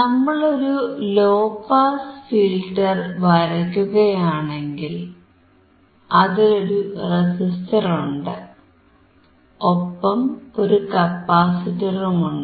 നമ്മളൊരു low pass filter വരയ്ക്കുകയാണെങ്കിൽ അതിലൊരു റെസിസ്റ്ററുണ്ട് ഒപ്പം ഒരു കപ്പാസിറ്ററുമുണ്ട്